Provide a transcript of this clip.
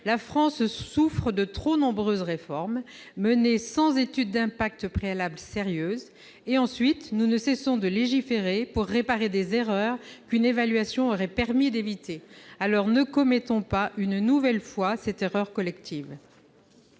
La France souffre de trop nombreuses réformes menées sans étude d'impact préalable sérieuse ; nous ne cessons, après coup, de légiférer pour réparer des erreurs qu'une évaluation aurait permis d'éviter. Ne commettons pas, une nouvelle fois, une telle erreur collective